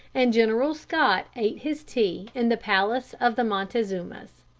and general scott ate his tea in the palace of the montezumas.